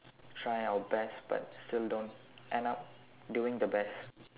try our best but still don't end up doing the best